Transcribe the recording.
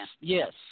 yes